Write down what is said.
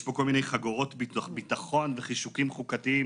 יש פה כל מיני חגורות ביטחון וחישוקים חוקתיים